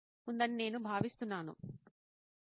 కాబట్టి ఇది మీ స్వంత అనుభవం నుండి నేర్చుకోవాలి